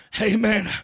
Amen